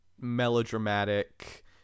melodramatic